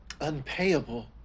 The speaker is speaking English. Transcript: unpayable